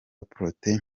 protais